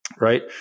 Right